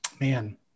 man